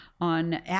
on